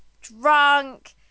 drunk